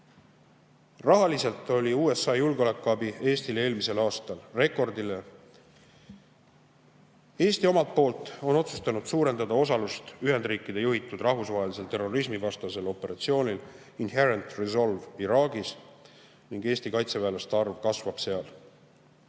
Rahaliselt oli USA julgeolekuabi Eestile eelmisel aastal rekordiline. Eesti omalt poolt on otsustanud suurendada osalust Ühendriikide juhitud rahvusvahelisel terrorismivastasel operatsioonil Inherent Resolve Iraagis ning Eesti kaitseväelaste arv kasvab seal.